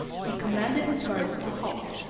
he commanded his guards to halt,